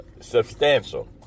substantial